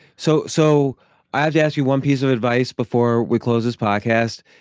so so i have to ask you one piece of advice before we close this podcast,